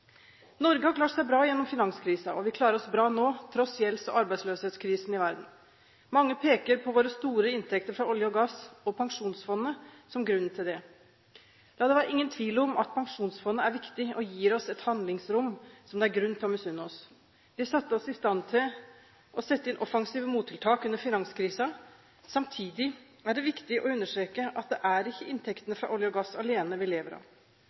Norge har klart seg bra gjennom finanskrisen, og vi klarer oss bra nå, til tross for gjelds- og arbeidsløshetskrisen i verden. Mange peker på våre store inntekter fra olje og gass og Pensjonsfondet som grunnen til det. La det ikke være noen tvil om at Pensjonsfondet er viktig og gir oss et handlingsrom som det er grunn til å misunne oss. Det satte oss i stand til å sette inn offensive mottiltak under finanskrisen. Samtidig er det viktig å understreke at det ikke er inntektene fra olje og gass alene vi lever av.